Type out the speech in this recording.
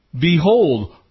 Behold